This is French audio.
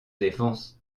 défense